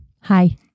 Hi